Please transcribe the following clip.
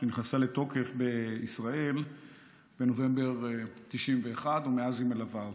שנכנסה לתוקף בישראל בנובמבר 1991 ומאז היא מלווה אותנו.